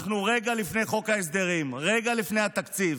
אנחנו רגע לפני חוק ההסדרים, רגע לפני התקציב,